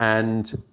and,